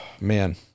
man